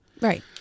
Right